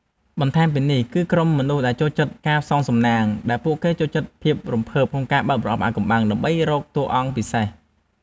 បន្ថែមពីនេះ គឺក្រុមមនុស្សដែលចូលចិត្តការផ្សងសំណាង ដែលពួកគេចូលចិត្តភាពរំភើបក្នុងការបើកប្រអប់អាថ៌កំបាំងដើម្បីរកតួអង្គពិសេស។